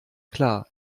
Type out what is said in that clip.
klar